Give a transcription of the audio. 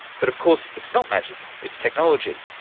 but of course it's not magic, it's technology.